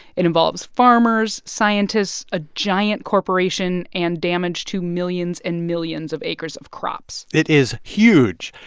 it involves farmers, scientists, a giant corporation and damage to millions and millions of acres of crops it is huge.